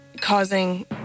causing